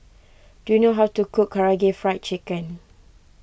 do you know how to cook Karaage Fried Chicken